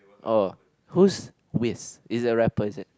oh who's Wiz is a rapper is it